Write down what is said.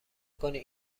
کنید